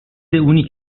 اونی